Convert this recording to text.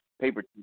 paper